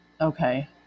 okay